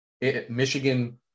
Michigan